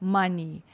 money